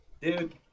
Dude